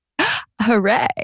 Hooray